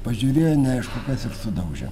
pažiūrėjo neaišku kas ir sudaužė